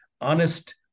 honest